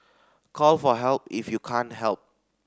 call for help if you can't help